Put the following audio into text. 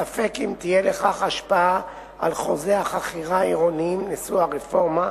ספק אם תהיה לכך השפעה על חוזי החכירה העירוניים מושא הרפורמה,